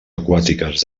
aquàtiques